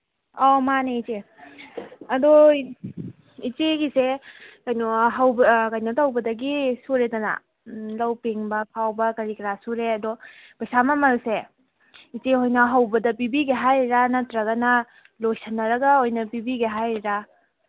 ꯑꯧ ꯃꯥꯅꯦ ꯏꯆꯦ ꯑꯗꯣ ꯏꯆꯦꯒꯤꯁꯦ ꯀꯩꯅꯣ ꯀꯩꯅꯣ ꯇꯧꯕꯗꯒꯤ ꯁꯨꯔꯦꯗꯅ ꯂꯧ ꯄꯦꯡꯕ ꯈꯥꯎꯕ ꯀꯔꯤ ꯀꯔꯥ ꯁꯨꯔꯦ ꯑꯗꯣ ꯄꯩꯁꯥ ꯃꯃꯜꯁꯦ ꯏꯆꯦꯍꯣꯏꯅ ꯍꯧꯕꯗ ꯄꯤꯕꯤꯒꯦ ꯍꯥꯏꯔꯤꯔꯥ ꯅꯠꯇ꯭ꯔꯒꯅ ꯂꯣꯏꯁꯤꯟꯅꯔꯒ ꯑꯣꯏꯅ ꯄꯤꯕꯤꯒꯦ ꯍꯥꯏꯔꯤꯔꯥ